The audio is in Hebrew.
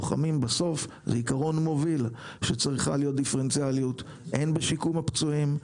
בסוף זה עקרון מוביל שצריכה להיות דיפרנציאליות הן בשיקום הפצועים,